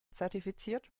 zertifiziert